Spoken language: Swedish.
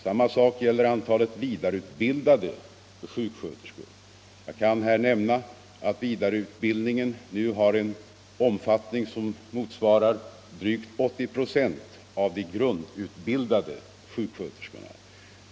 Samma sak gäller antalet vidareutbildade sjuksköterskor. Jag kan här nämna att vidareutbildningen nu har en omfattning som motsvarar drygt 80 96 av de grundutbildade sjuksköterskorna.